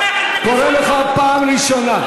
אני קורא אותך לסדר פעם ראשונה.